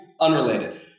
unrelated